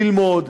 ללמוד,